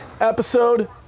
episode